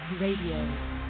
Radio